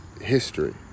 history